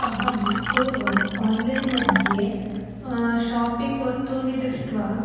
अहं पूर्वम् आन्लैन् मध्ये शापिङ्ग् वस्तूनि दृष्ट्वा